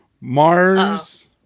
Mars